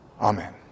Amen